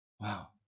Wow